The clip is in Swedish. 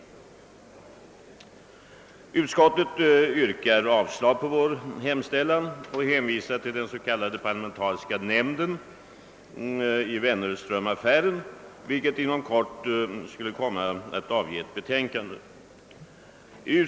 Utskottet yrkar avslag på vår motion och hänvisar till den s.k. parlamentariska nämnden i Wennerströmaffären, vilken inom kort skulle komma att avge ett betänkande.